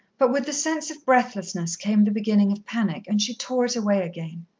but with the sense of breathlessness came the beginning of panic, and she tore it away again.